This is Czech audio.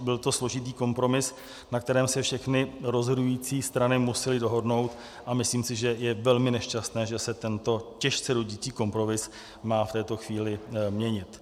Byl to složitý kompromis, na kterém se všechny rozhodující strany musely dohodnout, a myslím si, že je velmi nešťastné, že se tento těžce rodící kompromis má v této chvíli měnit.